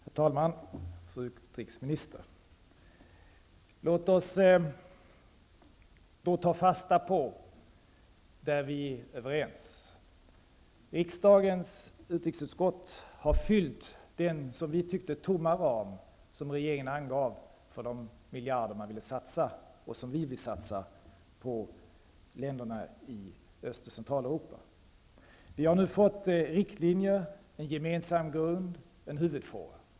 Herr talman! Fru utrikesminister! Låt oss då ta fasta på vad vi är överens om. Riksdagens utrikesutskott har fyllt den som vi tyckte tomma ram som regeringen angav för de miljarder man ville satsa -- och som vi vill satsa -- på länderna i Vi har nu fått riktlinjer, en gemensam grund, en huvudfråga.